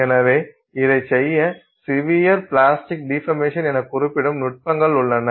எனவே அதைச் செய்ய சிவியர் பிளாஸ்டிக் டிபர்மேஷன் என குறிப்பிடப்படும் நுட்பங்கள் உள்ளன